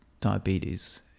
diabetes